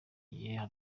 gihe